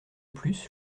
plus